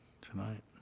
tonight